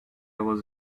was